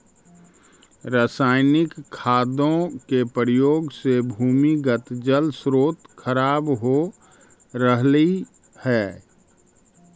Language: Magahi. रसायनिक खादों के प्रयोग से भूमिगत जल स्रोत खराब हो रहलइ हे